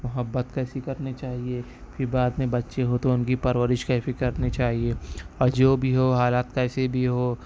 محبت کیسی کرنی چاہیے پھر بعد میں بچے ہو تو ان کی پرورش کیسی کرنی چاہیے اور جو بھی ہو حالات کیسے بھی ہو